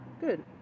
Good